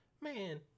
Man